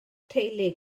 teulu